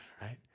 right